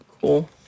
cool